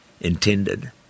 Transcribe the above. intended